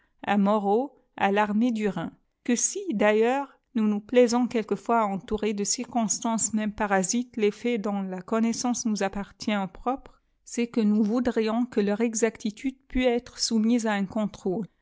de moreau à tarméedurhin quesi d ailleurs nous nous plaisons quelquefois à entourer de circonstances même parasites les faits dont la con naissance nous appartient en propre c'est que nous voudrions que leur exactitude pût être soumise à un contrôle